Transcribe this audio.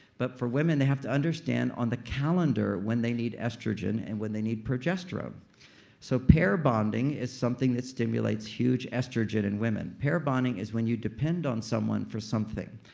but for women, they have to understand on the calendar, when they need estrogen and when they need progesterone so pair bonding is something that stimulates huge estrogen in women. pair bonding is when you depend on someone for something.